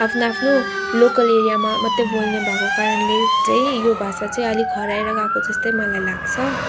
आफ्नो आफ्नो लोकल एरियामा मात्रै बोल्ने भएको कारणले चाहिँ यो भाषा चाहिँ अलिक हराएर गएको जस्तै मलाई लाग्छ